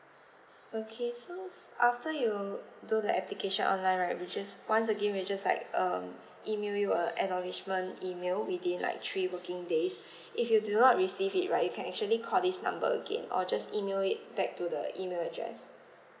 okay so after you do the application online right we just once again we'll just like um email you a acknowledgement email within like three working days if you do not receive it right you can actually call this number again or just email it back to the email address